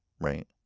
right